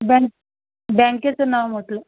bank बँकेचं नाव म्हटलं